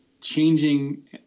changing